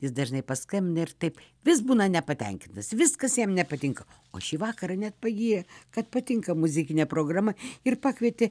jis dažnai paskambina ir taip vis būna nepatenkintas viskas jam nepatinka o šį vakarą net pagyrė kad patinka muzikinė programa ir pakvietė